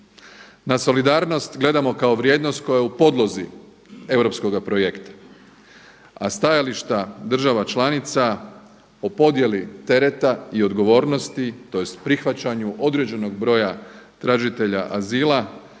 Na solidarnost gledamo kao vrijednost koja je u podlozi europskoga projekta, a stajališta država članica o podjeli tereta i odgovornosti, tj. prihvaćanju određenog broja tražitelja azila